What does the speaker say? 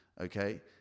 okay